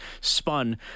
spun